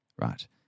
right